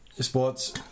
sports